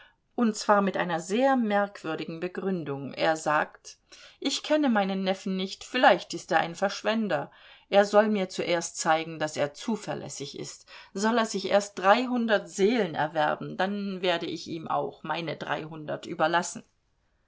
und zwar mit einer sehr merkwürdigen begründung er sagt ich kenne meinen neffen nicht vielleicht ist er ein verschwender er soll mir zuerst zeigen daß er zuverlässig ist soll er sich erst dreihundert seelen erwerben dann werde ich ihm auch meine dreihundert überlassen